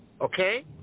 Okay